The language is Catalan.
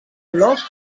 flors